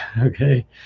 okay